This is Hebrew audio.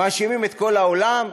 מאשימים את כל העולם,